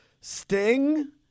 Sting